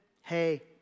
hey